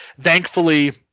thankfully